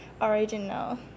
original